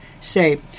say